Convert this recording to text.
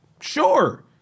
sure